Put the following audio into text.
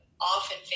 often